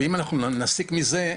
ואם אנחנו נסיק מזה,